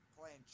playing